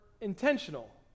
intentional